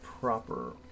proper